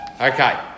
Okay